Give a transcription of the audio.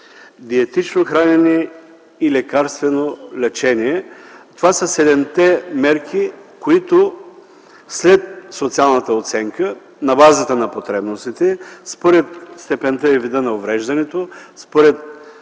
диетично хранене и лекарствено лечение. Това са седемте мерки, които след социалната оценка, на базата на потребностите, според степента и вида на увреждането, според